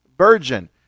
Virgin